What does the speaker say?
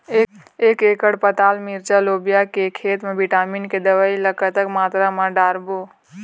एक एकड़ पताल मिरचा लोबिया के खेत मा विटामिन के दवई ला कतक मात्रा म डारबो?